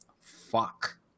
fuck